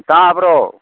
ꯇꯥꯕꯔꯣ